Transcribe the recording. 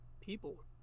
people